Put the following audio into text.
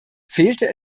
fehlte